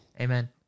amen